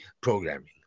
programming